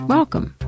Welcome